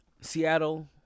Seattle